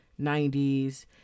90s